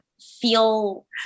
feel